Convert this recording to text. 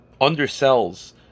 undersells